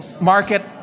market